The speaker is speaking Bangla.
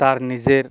তার নিজের